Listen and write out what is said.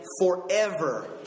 forever